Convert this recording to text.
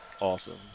awesome